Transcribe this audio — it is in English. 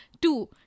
two